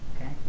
okay